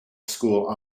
school